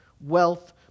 wealth